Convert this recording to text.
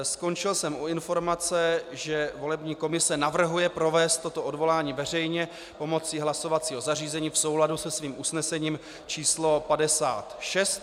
Skončil jsem u informace, že volební komise navrhuje provést toto odvolání veřejně pomocí hlasovacího zařízení v souladu se svým usnesením číslo 56.